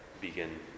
begin